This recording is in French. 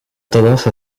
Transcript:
tendance